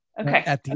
Okay